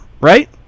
right